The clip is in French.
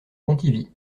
pontivy